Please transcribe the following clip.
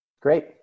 Great